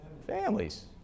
Families